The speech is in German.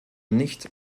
nicht